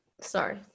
sorry